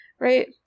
right